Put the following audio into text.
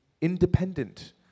independent